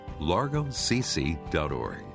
largocc.org